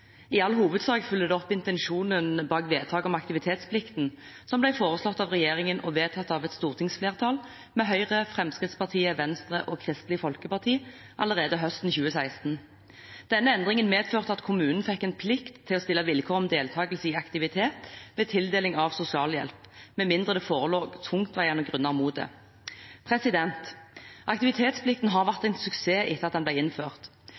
I all hovedsak følger det opp intensjonen bak vedtaket om aktivitetsplikten, som ble foreslått av regjeringen og vedtatt av et stortingsflertall med Høyre, Fremskrittspartiet, Venstre og Kristelig Folkeparti allerede høsten 2016. Denne endringen medførte at kommunen fikk en plikt til å stille vilkår om deltakelse i aktivitet ved tildeling av sosialhjelp med mindre det forelå tungtveiende grunner mot det. Aktivitetsplikten har vært en suksess etter at den ble innført.